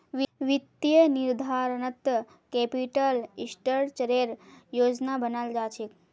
वित्तीय निर्धारणत कैपिटल स्ट्रक्चरेर योजना बनाल जा छेक